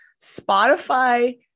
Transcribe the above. Spotify